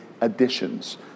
additions